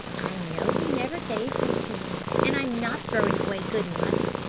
i know he never gave them to me, and i am not throwing away good money,